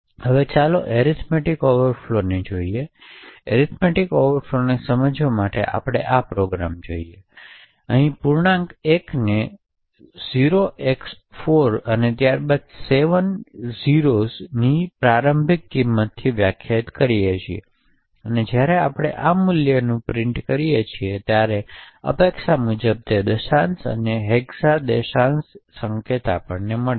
હવે ચાલો arithmetic overflows ને જોઇયે અને એરીથમેટીક ઓવરફ્લોઝને સમજવા માટે આપણે આ પ્રોગ્રામને જોઇયે આપણે પૂર્ણાંક l ને 0x4 ત્યારબાદ 7 0s ની પ્રારંભિક કિમતથી વ્યાખ્યાયિત કરીએ છીએ અને જ્યારે આપણે આ મૂલ્યનું પ્રિન્ટ કરીએ છીએ ત્યારે અપેક્ષા મુજબ દશાંશ અને હેક્સા દશાંશ સંકેત આપણને મળે છે